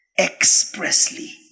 Expressly